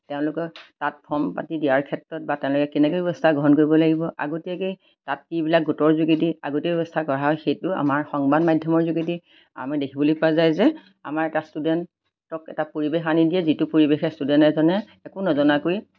তেওঁলোকে তাত ফৰ্ম পাতি দিয়াৰ ক্ষেত্ৰত বা তেওঁলোকে কেনেকে ব্যৱস্থা গ্ৰহণ কৰিব লাগিব আগতীয়াকৈ তাত কিবিলাক গোটৰ যোগেদি আগতীয়া ব্যৱস্থা কৰা হয় সেইটো আমাৰ সংবাদ মাধ্যমৰ যোগেদি আমি দেখিবলৈ পোৱা যায় যে আমাৰ এটা ষ্টুডেণ্টক এটা পৰিৱেশ আনি দিয়ে যিটো পৰিৱেশে ষ্টুডেণ্ট এজনে একো নজনাকৈ